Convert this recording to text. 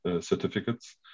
certificates